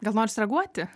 gal nori sureaguoti